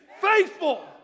faithful